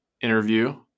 interview